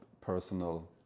personal